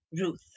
Ruth